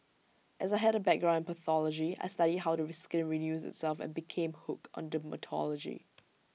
as I had A background pathology I studied how the re skin renews itself and became hooked on dermatology